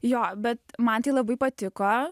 jo bet man tai labai patiko